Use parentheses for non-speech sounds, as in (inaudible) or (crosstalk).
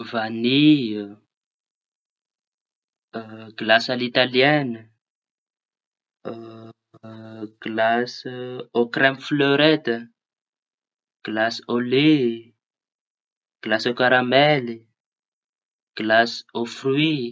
Vanïy, gilasy alitalieny, a (hesitation) gilasy gilasy ô kremy flerety gilasy ô le, gilasy ô karamely, gilasy ô frïy.